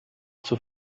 zur